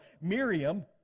Miriam